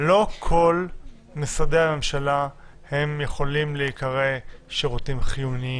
לא כל משרדי הממשלה יכולים להיקרא שירותים חיוניים.